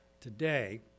today